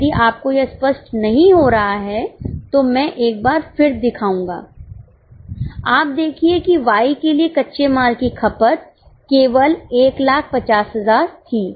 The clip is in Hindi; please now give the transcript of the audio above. यदि आपको यह स्पष्ट नहीं हो रहा है तो मैं एक बार फिर दिखाऊंगा आपदेखिए कि Y के लिए कच्चे माल की खपत केवल 1 50000 थी